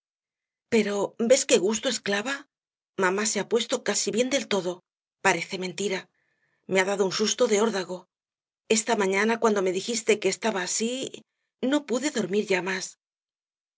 pero ves qué gusto esclava mamá se ha puesto casi bien del todo parece mentira me ha dado un susto de órdago esta mañana cuando me dijiste que estaba así no pude dormir ya más